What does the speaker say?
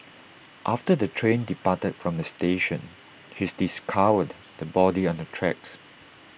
after the train departed from the station his discovered the body on the tracks